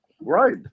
Right